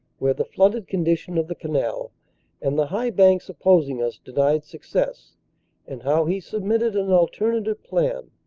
where the flooded condition of the canal and the high banks opposing us denied success and how he submitted an alternative plan.